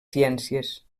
ciències